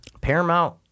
Paramount